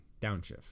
Downshift